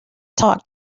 talk